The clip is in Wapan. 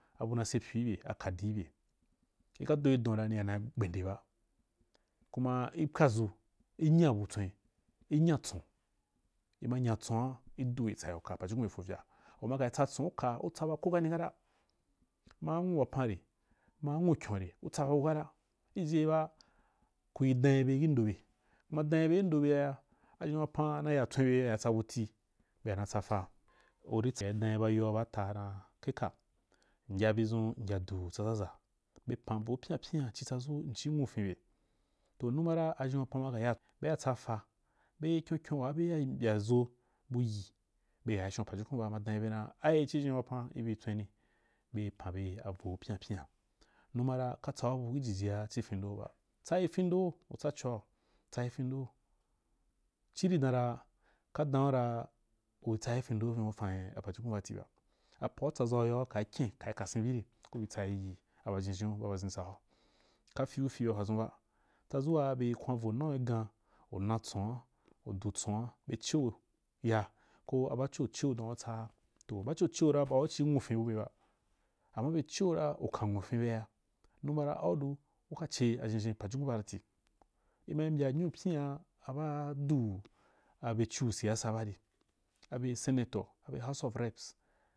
Abu nai sepyu i bye a kadi i byee i ka doi don dan niya na gbende ba kuma i pwadʒu i nya bu tswen i nya tson i ma nya tson’a i du i tsa ya uka pajukun be fo vya u ma ka gi uka u tsa ba ko kani kata, ma a nwu wapan re, ma a nwukyon re u tsabau kata i jiji ge ba, kui dan yi be gi ndo be ku ma dan yi be kih ndo i be ra aʒhen wapan na ya tswen be na ya tsabuti, be ya na tsa fa kui ya dan yi ayoa ba ata’a dan kaika m ya budʒun m ya du wa tsaʒaʒa be pan vo pyin pyina tsadʒu m ci nwufun be toh numa ra aʒhen wapan maya be ya tsa fa be kyonkyon waa be ya mbyaʒo bu yii be ya shon pajukun ba huan be dan yi be dan be ci ʒhen wapan i bi tsweni be pan be ba vo pyma pyima numara ka tsaubu wajifia ci fin dou ba tsayi findou u tsa coa, tsayi findou ciri dam ra u tsayi findoi ciri dan ra u tsayi findou vin u fan pajukun badah ba apa u tsaʒau yo ra ka kyen ri kasen bu ri ku bi tsayi aʒhenʒhen’u ba ʒhenʒau ka fil fi ba padʒun ba tsadʒu waa bee kwan vo nau gi gan u du tson’a koh a baco ceu ra u tsaa toh baco ceu ba wai u ci nwufin bube ba amma be ceu ra u kan nwufin ba ra, u ka ce ʒhenʒhen a pujukun badati i mai mbya nyunu pyina aba du abye cu suyasa bari senator ba house of reps.